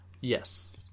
yes